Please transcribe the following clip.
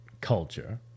culture